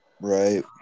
right